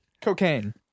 cocaine